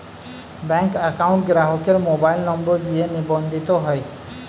bank account গ্রাহকের mobile number দিয়ে নিবন্ধিত হয়